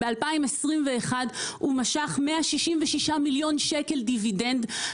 ב-2021 הוא משך 166 מיליון שקלים דיבידנד,